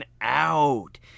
out